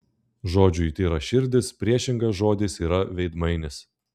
žodžiui tyraširdis priešingas žodis yra veidmainis